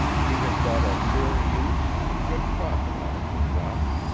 he had got a fair use and a good profit out of patrasche